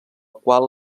qual